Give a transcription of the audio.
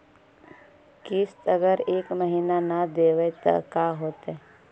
किस्त अगर एक महीना न देबै त का होतै?